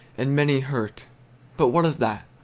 and many hurt but what of that?